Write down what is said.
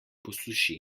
posuši